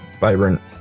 vibrant